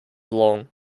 long